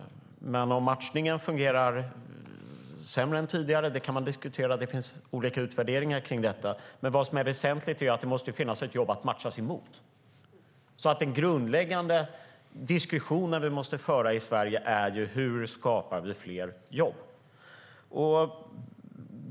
Men om matchningen fungerar sämre än tidigare kan man diskutera. Det finns olika utvärderingar av detta. Men det som är väsentligt är att det måste finnas ett jobb att matchas mot. Den grundläggande diskussion som vi måste föra i Sverige är därför hur vi skapar fler jobb.